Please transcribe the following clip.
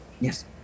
Yes